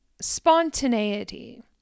spontaneity